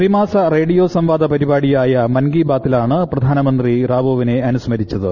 പ്രതിമാസ റേഡിയോ സംവാദ പരിപാടിയായ മൻകി ബാത്തിലാണ് പ്രധാനമന്ത്രി റാവുവിനെ അനുസ്മരിച്ചത്